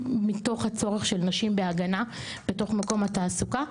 מתוך הצורך של נשים בהגנה בתוך מקום התעסוקה.